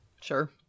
Sure